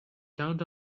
count